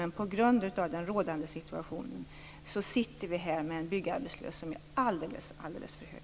Men på grund av den rådande situationen sitter vi här med en byggarbetslöshet som är alldeles för hög.